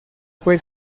fue